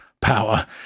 power